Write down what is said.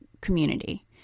Community